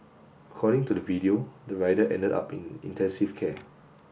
according to the video the rider ended up in intensive care